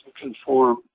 conform